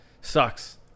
sucks